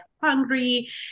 hungry